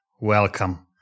welcome